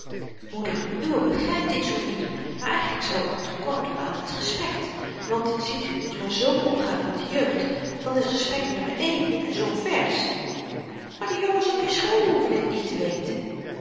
moeder uwe begrypt dit zoo niet maar eigenlyk zou ik te kort doen aan t respekt want ziet u als men zoo omgaat met de jeugd dan is respekt nummer een en zoo'n vers maar de jongens op je school hoeven t niet te weten